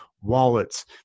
wallets